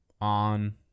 on